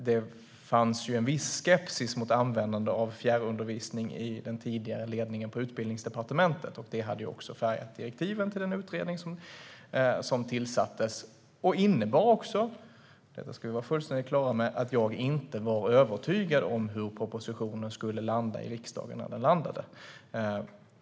Det fanns en viss skepsis mot användande av fjärrundervisning i den tidigare ledningen på Utbildningsdepartementet, vilket färgade direktiven till den utredning som tillsattes. Det innebar också - detta ska vi vara fullständigt på det klara med - att jag inte var övertygad om hur propositionen skulle landa i riksdagen.